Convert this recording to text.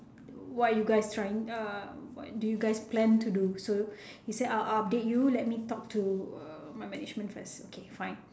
what are you guys trying err what do you guys plan to do so he say I'll I'll update you let me talk to uh my management first okay fine